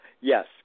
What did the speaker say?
yes